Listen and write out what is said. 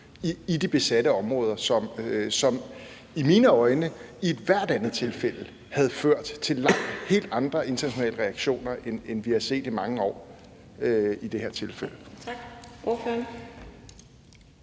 i de besatte områder, som – i mine øjne – i et hvert andet tilfælde havde ført til helt andre internationale reaktioner, end vi har set i mange år, i det her tilfælde.